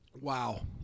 Wow